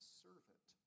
servant